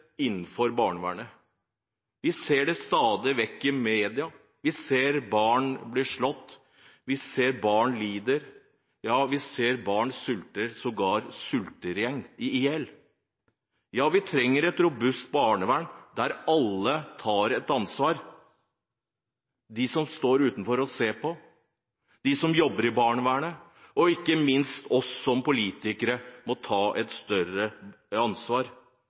innenfor barnevernets område. Vi ser det stadig vekk i media: Vi ser barn som blir slått, barn som lider, barn som sulter – og sågar barn som sulter i hjel. Vi trenger et robust barnevern, der alle tar et ansvar. De som står utenfor og ser på, de som jobber i barnevernet og ikke minst vi som politikere må ta et større ansvar.